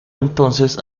entonces